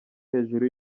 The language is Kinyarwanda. hejuru